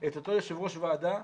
את אותו יושב-ראש ועדה.